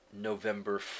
November